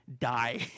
die